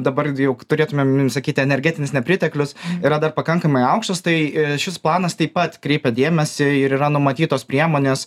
dabar jau turėtumėm sakyti energetinis nepriteklius yra dar pakankamai aukštas tai šis planas taip pat kreipia dėmesį ir yra numatytos priemonės